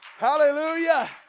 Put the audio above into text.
Hallelujah